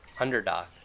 underdog